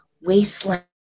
wasteland